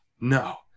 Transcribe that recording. no